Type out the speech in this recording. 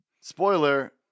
spoiler